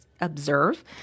observe